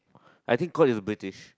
I think court is the British